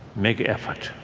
make effort